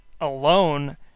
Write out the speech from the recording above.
alone